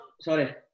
sorry